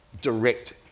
direct